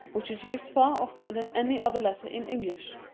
which is used far oftener than any other letter in english.